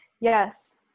Yes